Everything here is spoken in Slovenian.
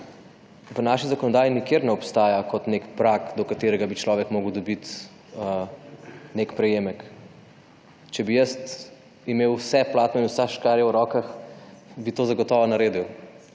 po naši zakonodaji nikjer ne obstaja kot nek prag do katerega bi človek moral dobiti nek prejemek. Če bi jaz imel vsa platna in vse škarje v rokah bi to zagotovo naredil.